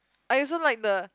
I also like the